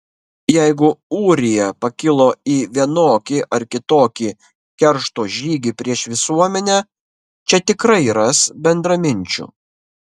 jeigu ūrija pakilo į vienokį ar kitokį keršto žygį prieš visuomenę čia tikrai ras bendraminčių